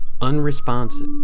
unresponsive